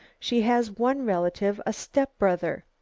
she has one relative, a step-brother.